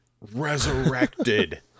Resurrected